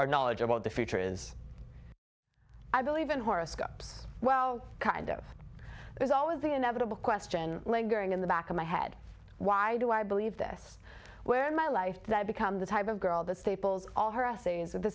our knowledge about the future is i believe in horoscopes well kind of there's always the inevitable question lingering in the back of my head why do i believe this where in my life that i've become the type of girl that staples all her essay